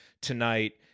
tonight